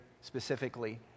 specifically